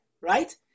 right